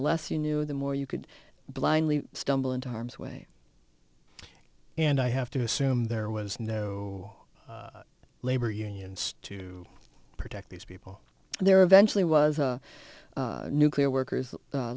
the less you knew the more you could blindly stumble into harm's way and i have to assume there was no labor unions to protect these people there eventually was a nuclear workers